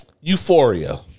Euphoria